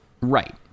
Right